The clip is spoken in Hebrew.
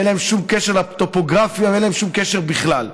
אין להן שום קשר לטופוגרפיה ואין להן שום קשר בכלל.